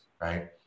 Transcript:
right